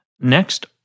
next